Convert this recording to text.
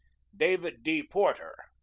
david d. porter,